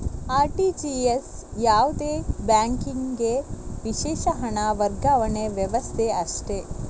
RTGS ಯಾವುದೇ ಬ್ಯಾಂಕಿಗೆ ವಿಶೇಷ ಹಣ ವರ್ಗಾವಣೆ ವ್ಯವಸ್ಥೆ ಅಷ್ಟೇ